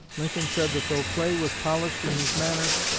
lincoln said that though clay was polished in his manners,